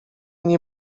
nie